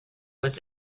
was